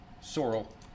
Sorrel